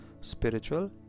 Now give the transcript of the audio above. spiritual